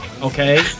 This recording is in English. Okay